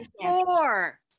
four